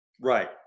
Right